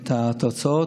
את התוצאות,